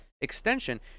extension